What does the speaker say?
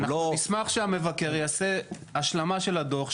אנחנו נשמח שהמבקר יעשה השלמה של הדוח,